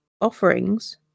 offerings